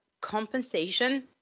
compensation